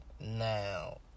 Now